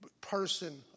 person